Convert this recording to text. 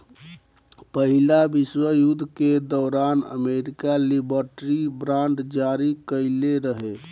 पहिला विश्व युद्ध के दौरान अमेरिका लिबर्टी बांड जारी कईले रहे